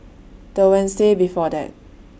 The Wednesday before that